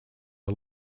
are